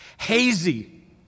hazy